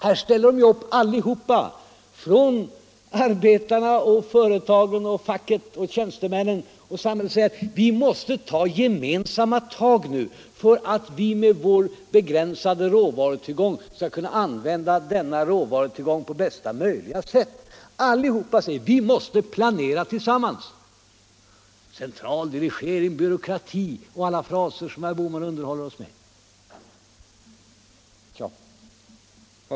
Här ställer man upp allesammans — arbetarna, tjänstemännen, företagen och facket — och säger: Vi måste ta gemensamma tag nu för att kunna använda vår begränsade råvarutillgång på bästa möjliga sätt; vi måste planera tillsammans. ”Centraldirigering” och ”byråkrati” blir då de fraser som herr Bohman underhåller oss med.